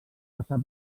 passar